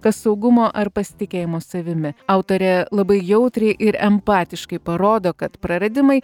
kas saugumo ar pasitikėjimo savimi autorė labai jautriai ir empatiškai parodo kad praradimai